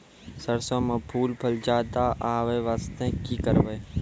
सरसों म फूल फल ज्यादा आबै बास्ते कि करबै?